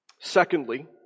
Secondly